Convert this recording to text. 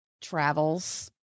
travels